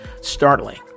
startling